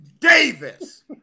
Davis